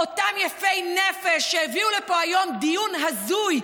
אותם יפי נפש שהביאו לפה היום דיון הזוי,